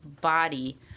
body